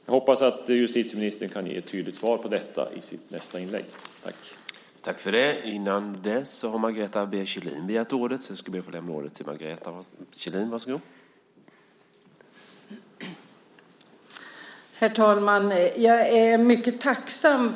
Jag hoppas att justitieministern kan ge ett tydligt svar på detta i sitt nästa inlägg.